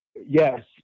Yes